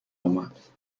اومد